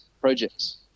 projects